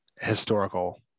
historical